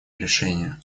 решение